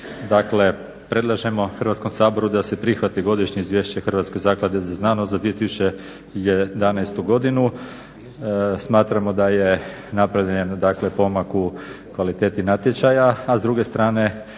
dakle predlažemo Hrvatskom saboru da se prihvati Godišnje izvješće Hrvatske zaklade za znanost za 2011. godinu. Smatramo da je napravljen dakle pomak u kvaliteti natječaja, a s druge strane